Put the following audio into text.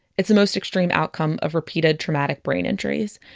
it's the most extreme outcome of repeated traumatic brain injuries.